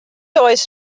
oes